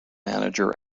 manager